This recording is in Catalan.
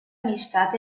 amistat